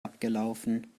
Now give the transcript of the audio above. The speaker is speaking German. abgelaufen